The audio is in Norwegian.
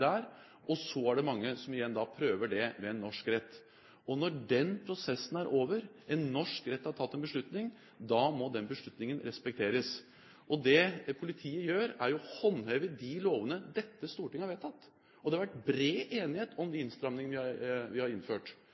der, og så er det mange som igjen prøver det ved en norsk rett. Når den prosessen er over, når en norsk rett har tatt en beslutning, da må den beslutningen respekteres. Det politiet gjør, er å håndheve de lovene dette stortinget har vedtatt, og det har vært bred enighet om de innstramningene vi har innført. Når vi